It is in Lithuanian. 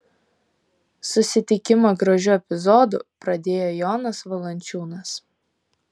susitikimą gražiu epizodu pradėjo jonas valančiūnas